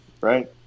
right